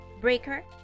Breaker